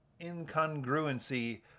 incongruency